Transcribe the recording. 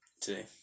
today